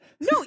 No